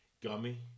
gummy